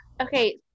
Okay